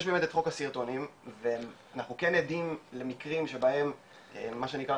יש באמת את חוק הסרטונים ואנחנו כן עדים למקרים שבהם מה שנקרא,